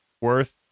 worth